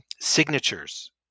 signatures